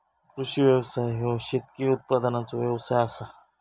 कृषी व्यवसाय ह्यो शेतकी उत्पादनाचो व्यवसाय आसा